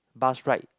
bus right